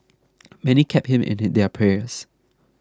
many kept him in their prayers